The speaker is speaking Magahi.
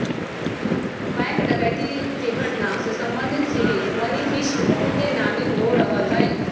बैंक डकैती के घटना से संबंधित सीरीज मनी हीस्ट बहुते नामी हो रहल हइ